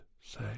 say